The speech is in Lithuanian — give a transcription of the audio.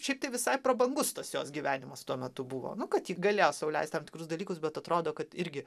šiaip tai visai prabangus tas jos gyvenimas tuo metu buvo nu kad ji galėjo sau leist tam tikrus dalykus bet atrodo kad irgi